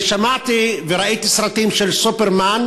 אני שמעתי וראיתי סרטים של סופרמן,